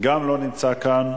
גם לא נמצא כאן.